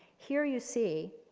here you see,